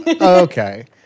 Okay